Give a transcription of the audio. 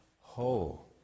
whole